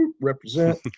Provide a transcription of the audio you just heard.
represent